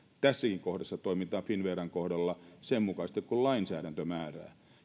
tässäkin kohdassa toimitaan finnveran kohdalla sen mukaisesti kuin lainsäädäntö määrää